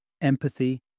empathy